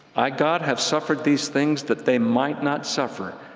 i, god, have suffered these things. that they might not suffer.